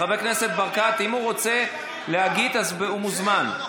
חבר הכנסת ברקת, אם הוא רוצה להגיב, הוא מוזמן.